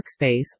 workspace